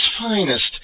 finest